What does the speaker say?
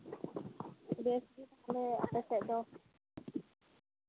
ᱵᱮᱥ ᱛᱟᱦᱞᱮ ᱟᱯᱮ ᱥᱮᱫ ᱫᱚ